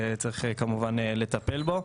וכמובן שצריך לטפל בו.